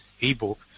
e-book